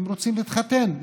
הם רוצים להתחתן,